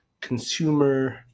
consumer